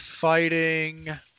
fighting